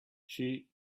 she